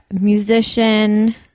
Musician